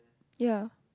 ye